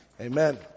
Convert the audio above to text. Amen